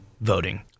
voting